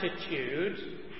attitude